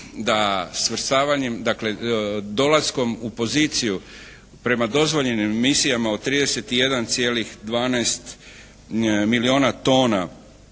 da svrstavanjem, dakle dolaskom u poziciju prema dozvoljem emisijama od 31,12 milijuna tona